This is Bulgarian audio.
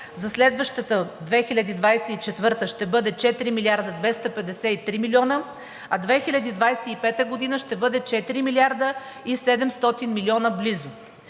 за следващата – 2024 г., ще бъде 4 милиарда 253 милиона, а за 2025 г. ще бъде 4 милиарда и 700 милиона близо.